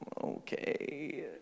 Okay